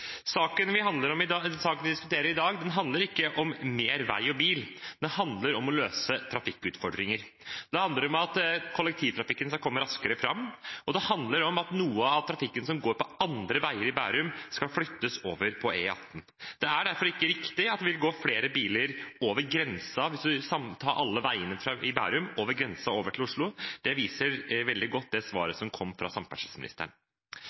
Saken vi diskuterer i dag, handler ikke om mer vei og bil, den handler om å løse trafikkutfordringer. Det handler om at kollektivtrafikken skal komme raskere fram, og det handler om at noe av trafikken som går på andre veier i Bærum, skal flyttes over på E18. Det er derfor ikke riktig at det vil gå flere biler – hvis man tar alle veiene i Bærum – over grensen, over til Oslo. Det viser veldig godt det svaret som kom fra samferdselsministeren.